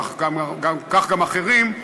כך גם אחרים.